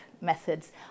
methods